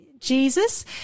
Jesus